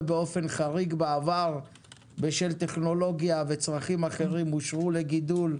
ובאופן חריג בעבר בשל טכנולוגיה וצרכים אחרים אושרו לגידול,